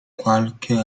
qualche